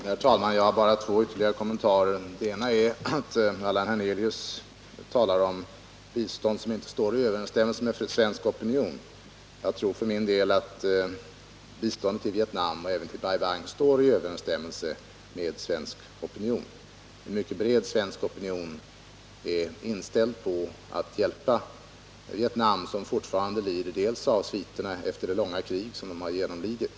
Herr talman! Jag har bara två ytterligare kommentarer. Den ena är föranledd av att Allan Hernelius talar om bistånd som inte står i överensstämmelse med svensk opinion. Jag tror för min del att biståndet till Vietnam och även till Bai Bang står i överensstämmelse med en mycket bred svensk opinion, som är inställd på att hjälpa Vietnam som fortfarande lider av sviterna efter det långa krig landet har genomlidit.